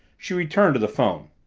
she returned to the phone.